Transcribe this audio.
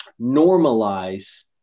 normalize